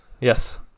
Yes